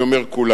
אני אומר כולנו.